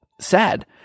sad